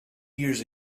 years